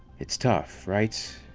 it's tough, right?